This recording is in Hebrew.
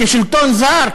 כשלטון זר,